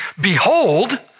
behold